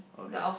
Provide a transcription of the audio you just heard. okay